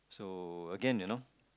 so again you know